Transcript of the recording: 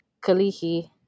Kalihi